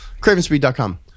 CravenSpeed.com